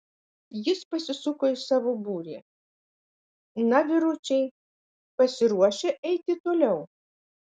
jis pasisuko į savo būrį na vyručiai pasiruošę eiti toliau